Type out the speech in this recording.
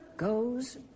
goes